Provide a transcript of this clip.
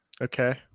Okay